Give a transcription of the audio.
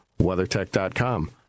WeatherTech.com